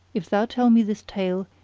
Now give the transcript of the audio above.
if thou tell me this tale,